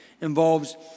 involves